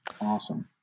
Awesome